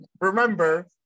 remember